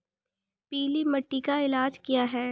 पीली मिट्टी का इलाज क्या है?